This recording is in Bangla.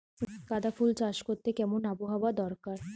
গাঁদাফুল চাষ করতে কেমন আবহাওয়া দরকার?